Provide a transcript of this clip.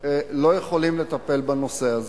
יכולים לטפל בנושא הזה.